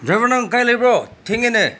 driver ꯅꯪ ꯀꯥꯏ ꯂꯩꯕ꯭ꯔꯣ ꯊꯦꯡꯉꯦꯅꯦ